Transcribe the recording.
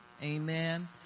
Amen